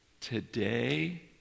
Today